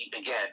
again